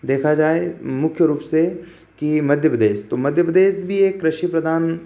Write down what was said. देखा जाए मुख्य रूप से की मध्य प्रदेश तो मध्य प्रदेश भी एक कृषि प्रधान